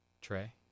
Trey